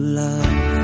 love